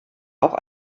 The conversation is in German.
auch